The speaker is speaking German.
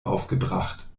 aufgebracht